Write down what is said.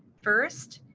first.